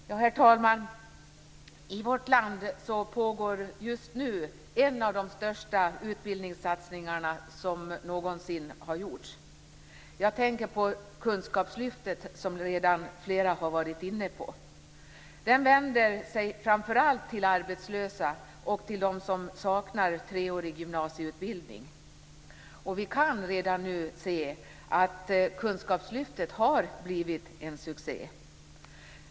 Herr talman! I vårt land pågår just nu en av de största utbildningssatsningarna som någonsin har gjorts. Jag tänker på kunskapslyftet, som redan flera varit inne på. Det vänder sig framför allt till arbetslösa och till dem som saknar treårig gymnasieutbildning. Vi kan redan nu säga att kunskapslyftet har blivit en succé.